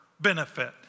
benefit